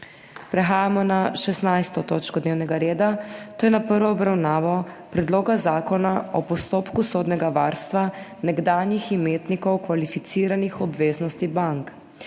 prekinjeno 16. točko dnevnega reda, to je s prvo obravnavo Predloga zakona o postopku sodnega varstva nekdanjih imetnikov kvalificiranih obveznosti bank.